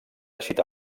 teixit